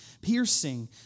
piercing